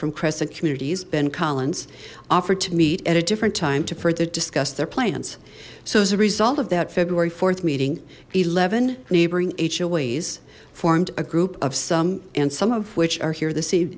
from crescent communities ben collins offered to meet at a different time to further discuss their plans so as a result of that february th meeting eleven neighboring formed a group of some and some of which are here th